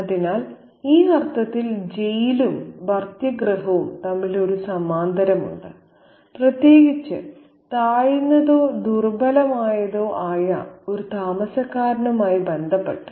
അതിനാൽ ഈ അർത്ഥത്തിൽ ജയിലും ഭർതൃഗൃഹവും തമ്മിൽ ഒരു സമാന്തരമുണ്ട് പ്രത്യേകിച്ച് താഴ്ന്നതോ ദുർബലമായതോ ആയ ഒരു താമസക്കാരനുമായി ബന്ധപ്പെട്ട്